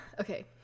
Okay